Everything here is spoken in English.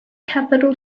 capital